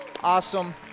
Awesome